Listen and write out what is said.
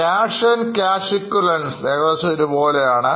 Cash Cash equivalents ഏകദേശം ഒരേ പോലെയാണ്